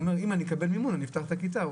הוא אומר: אם אקבל מימון, אפתח כיתה.